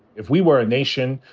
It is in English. if we were a nation,